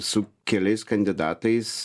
su keliais kandidatais